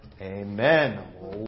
amen